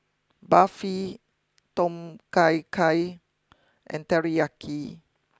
Barfi Tom Kha Gai and Teriyaki